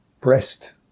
breast